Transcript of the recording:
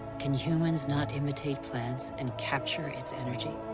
can humans not imitate plants and capture its energy?